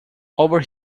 over